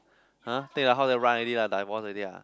!huh! take the house then run already ah divorce already ah